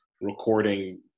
recording